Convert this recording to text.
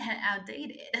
outdated